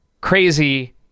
crazy